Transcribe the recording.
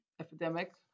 epidemic